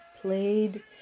played